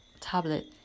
tablet